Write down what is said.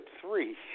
three